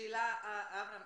אברהם,